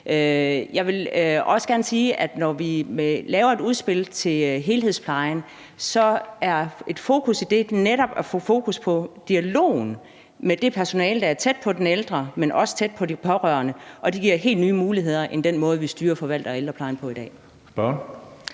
Jeg vil også gerne sige, at når vi laver et udspil til helhedsplejen, er et fokus i det netop at få fokus på dialogen med det personale, der er tæt på den ældre, men også tæt på de pårørende, og det giver helt nye muligheder i forhold til den måde, vi styrer og forvalter ældreplejen på i dag.